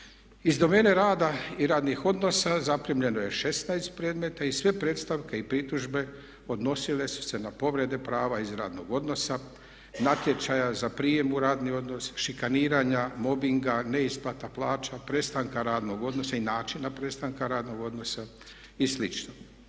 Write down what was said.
Iz domene rada i radnih odnosa zaprimljeno je 16 predmeta i sve predstavke i pritužbe odnosile su se na povrede prava iz radnog odnosa, natječaja za prijem u radni odnos, šikaniranja, mobbinga, neisplata plaća, prestanka radnog odnosa i načina prestanka radnog odnosa i